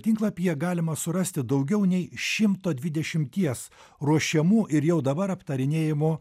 tinklapyje galima surasti daugiau nei šimto dvidešimties ruošiamų ir jau dabar aptarinėjimų